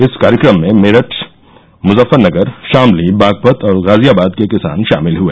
इस कार्यक्रम में मेरठ मुजफ्फरनगर शामली बागपत और गाजियाबाद के किसान शामिल हए